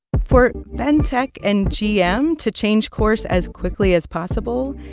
for ventec and gm to change course as quickly as possible,